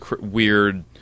weird